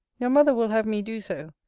your mother will have me do so,